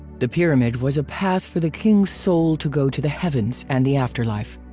the pyramid was a path for the king's soul to go to the heavens and the afterlife.